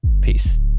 peace